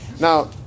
Now